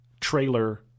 trailer